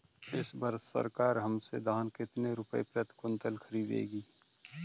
इस वर्ष सरकार हमसे धान कितने रुपए प्रति क्विंटल खरीदेगी?